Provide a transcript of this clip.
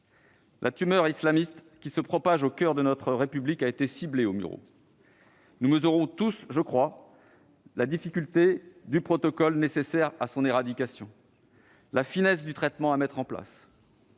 La tumeur islamiste qui se propage au coeur de notre République a été ciblée aux Mureaux. Nous mesurons tous, je le crois, la difficulté du protocole nécessaire à son éradication, la finesse du traitement à mettre en place.